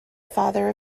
father